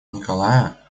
николая